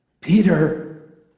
Peter